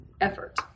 effort